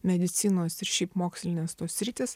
medicinos ir šiaip mokslinės tos sritys